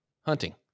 hunting